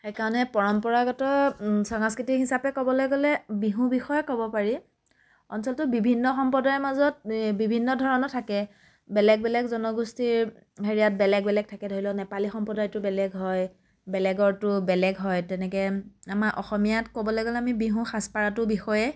সেইকাৰণে পৰম্পৰাগত সংস্কৃতি হিচাপে ক'বলৈ গ'লে বিহুৰ বিষয়ে ক'ব পাৰি অঞ্চলটোৰ বিভিন্ন সম্প্ৰদায়ৰ মাজত বিভিন্ন ধৰণৰ থাকে বেলেগ বেলেগ জনগোষ্ঠীৰ হেৰিয়াত বেলেগ বেলেগ থাকে ধৰি লওক নেপালী সম্প্ৰদায়টো বেলেগ হয় বেলেগৰটো বেলেগ হয় তেনেকৈ আমাৰ অসমীয়াত ক'বলৈ গ'লে আমি বিহুৰ সাজপাৰটোৰ বিষয়ে